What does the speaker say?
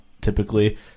typically